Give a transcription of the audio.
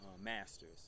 masters